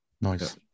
Nice